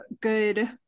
good